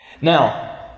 Now